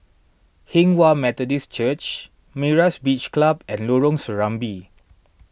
Hinghwa Methodist Church Myra's Beach Club and Lorong Serambi